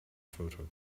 photo